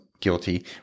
guilty